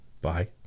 bye